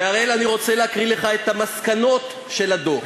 ואראל, אני רוצה לקרוא לך את המסקנות של הדוח.